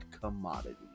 commodity